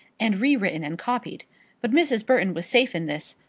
and re-written and copied but mrs. burton was safe in this,